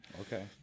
Okay